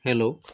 hello